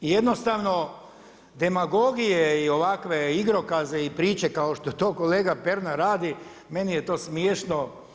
I jednostavno demagogije i ovakve igrokaze i priče kao što to kolega Pernar radi meni je to smiješno.